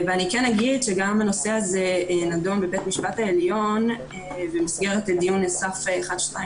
אני אגיד שגם הנושא הזה נדון בביהמ"ש העליון במסגרת הדיון 1292/20